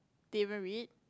didn't even read